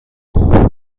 اوه